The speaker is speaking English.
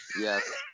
Yes